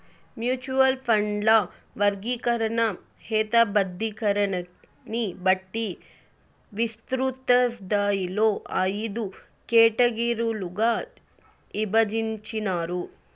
mutual ఫండ్ల వర్గీకరణ, హేతబద్ధీకరణని బట్టి విస్తృతస్థాయిలో అయిదు కేటగిరీలుగా ఇభజించినారు